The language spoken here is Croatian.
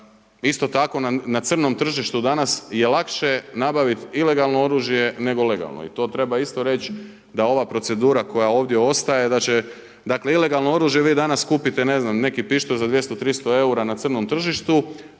Isto tako na crnom tržištu danas je lakše nabaviti ilegalno oružje nego legalno i to treba isto reći da ova procedura koja ovdje ostaje, da će dakle ilegalno oružje vi danas kupite ne znam, neki pištolj za 200, 300 eura na crnom tržištu,